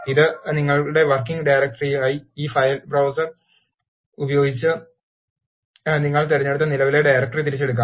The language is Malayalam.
ഇത് നിങ്ങളുടെ വർക്കിംഗ് ഡയറക്ടറിയായി ഈ ഫയൽ ബ്ര browser സർ ഉപയോഗിച്ച് നിങ്ങൾ തിരഞ്ഞെടുത്ത നിലവിലെ ഡയറക്ടറി തിരഞ്ഞെടുക്കും